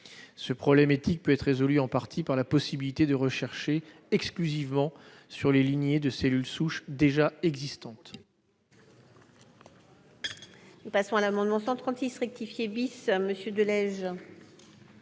Ce problème éthique peut être résolu en partie par la possibilité de rechercher exclusivement sur les lignées de cellules souches déjà existantes.